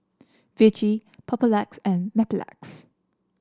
Vichy Papulex and Mepilex